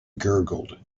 gurgled